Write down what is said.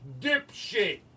dipshit